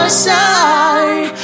side